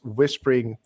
whispering